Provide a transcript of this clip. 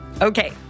Okay